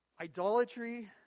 idolatry